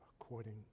according